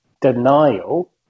denial